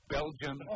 Belgium